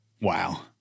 Wow